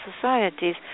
societies